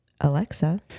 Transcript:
Alexa